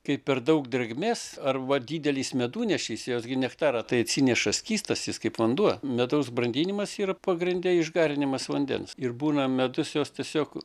kai per daug drėgmės arba didelis medunešis jos gi nektarą tai atsineša skystas jis kaip vanduo medaus brandinimas yra pagrinde išgarinimas vandens ir būna medus jos tiesiog